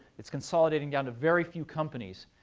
it's consolidating down to very few companies.